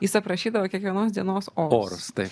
jis aprašydavo kiekvienos dienos orus